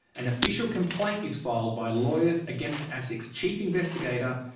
an official complaint is filed by lawyers against asic's chief investigator,